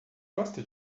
gosta